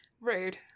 Rude